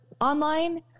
online